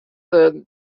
wurden